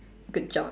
good job